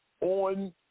on